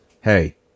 Hey